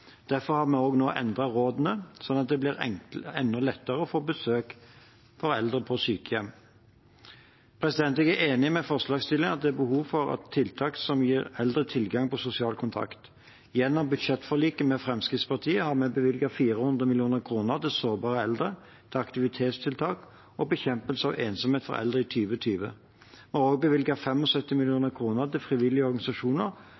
Derfor har vi også nå endret rådene, slik at det blir enda lettere for eldre på sykehjem å få besøk. Jeg er enig med forslagsstillerne i at det er behov for tiltak som gir eldre tilgang på sosial kontakt. Gjennom budsjettforliket med Fremskrittspartiet har vi i 2020 bevilget 400 mill. kr til sårbare eldre, til aktivitetstiltak og bekjempelse av ensomhet for eldre. Vi har også bevilget 75 mill. kr til frivillige organisasjoner